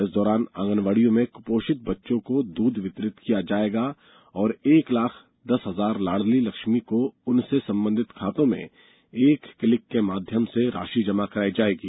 इस दौरान आंगनबाड़ियों में कुपोषित बच्चों को दूध वितरण किया जायेगा और एक लाख दस हजार लाड़ली लक्ष्मी को उनसे संबंधित खाते में एक क्लिक के माध्यम से राशि जमा कराई जायेगी